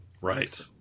Right